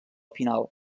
final